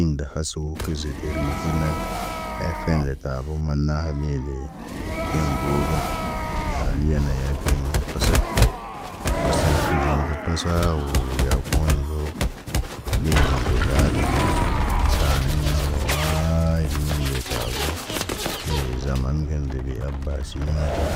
In da hasuu kə zədəri hunan. Efen de tabo maana heb ndiyende. Yam ruu gene, haliyan yaya biyeyeŋg pasane. Pasaŋg kuɟiŋg ŋga pasa wo yaa poɲ ŋgaw. Mii gaŋg gazaa tə ko, daanan marawaayit min de tabo. Ɗe zaman gen debe abasii na di.